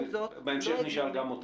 בהמשך נשאל גם אותם.